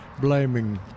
blaming